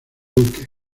duque